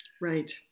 Right